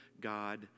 God